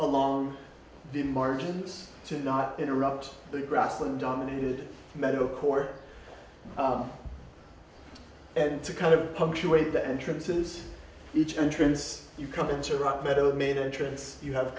along the margins to not interrupt the grassland dominated medical corps and to kind of punctuate the entrances each entrance you come into rock metal made entrance you have